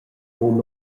buca